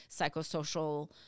psychosocial